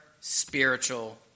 spiritual